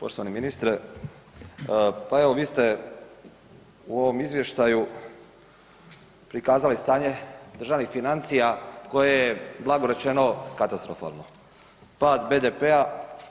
Poštovani ministre, pa evo vi ste u ovom izvještaju prikazali stanje državnih financija koje je blago rečeno katastrofalno, pad BDP-a